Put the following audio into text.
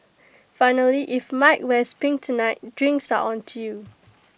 finally if mike wears pink tonight drinks are on you